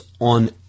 on